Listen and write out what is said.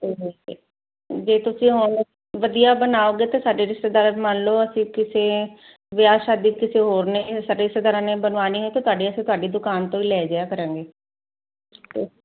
ਜੇ ਤੁਸੀਂ ਆਨਲਾਈਨ ਵਧੀਆ ਬਣਾਓਗੇ ਤਾਂ ਸਾਡੇ ਰਿਸ਼ਤੇਦਾਰ ਮੰਨ ਲਓ ਅਸੀਂ ਕਿਸੇ ਵਿਆਹ ਸ਼ਾਦੀ ਕਿਸੇ ਹੋਰ ਨੇ ਸਾਡੇ ਰਿਸ਼ਤੇਦਾਰਾਂ ਨੇ ਬਣਵਾਉਣੀ ਹੋਏ ਤੇ ਤੁਹਾਡੀਆਂ ਅਸੀਂ ਤੁਹਾਡੀ ਦੁਕਾਨ ਤੋਂ ਹੀ ਲੈ ਜਿਆ ਕਰਾਂਗੇ ਤੇ